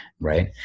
Right